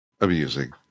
amusing